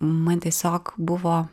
man tiesiog buvo